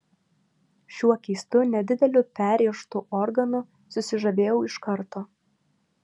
šiuo keistu nedideliu perrėžtu organu susižavėjau iš karto